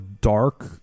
dark